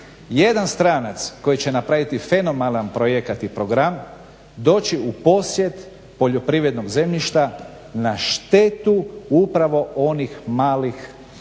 jedan stranac koji će napraviti fenomenalan projekt i program doći u posjed poljoprivrednog zemljišta na štetu upravo onih malih obrta,